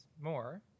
more